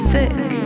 Thick